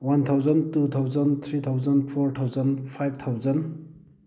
one thousand two thousand three thousand four thousand five thousand